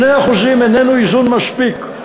2% איננו איזון מספיק.